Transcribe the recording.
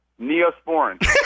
neosporin